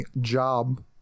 job